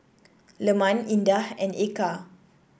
Leman Indah and Eka